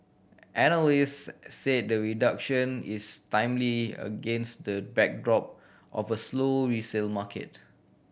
analyst said the reduction is timely against the backdrop of a slow resale market